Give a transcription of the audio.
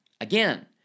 Again